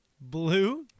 Blue